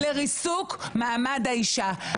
חוק לריסוק מעמד האישה.